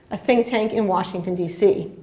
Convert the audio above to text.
a think tank in washington dc.